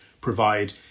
provide